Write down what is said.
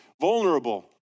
vulnerable